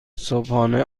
صبحانه